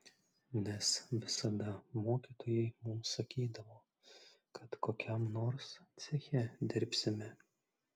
nes visada mokytojai mums sakydavo kad kokiam nors ceche dirbsime